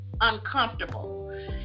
uncomfortable